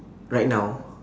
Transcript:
right now